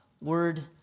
word